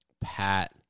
Pat